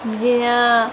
बिदिनो